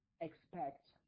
expect